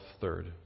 third